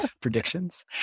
predictions